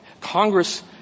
Congress